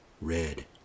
red